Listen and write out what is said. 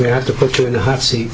we have to put you in the hot seat